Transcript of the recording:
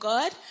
God